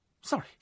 Sorry